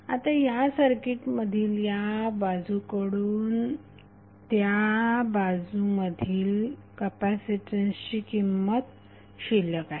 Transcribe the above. आता या सर्किटमधील या बाजूकडून त्या बाजूमधील कपॅसिटन्सची किंमत शिल्लक आहे